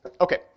Okay